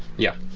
yeah,